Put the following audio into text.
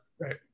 right